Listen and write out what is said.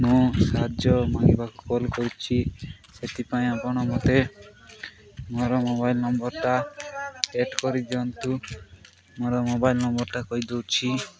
ମୁଁ ସାହାଯ୍ୟ ମାଗିବାକୁ କଲ୍ କରୁଛି ସେଥିପାଇଁ ଆପଣ ମତେ ମୋର ମୋବାଇଲ୍ ନମ୍ବରଟା ଏଡ୍ କରିଦିଅନ୍ତୁ ମୋର ମୋବାଇଲ ନମ୍ବରଟା କହିଦଉଛି